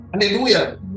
Hallelujah